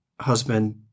husband